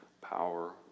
power